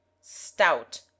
stout